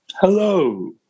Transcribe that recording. Hello